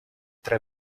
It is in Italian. tre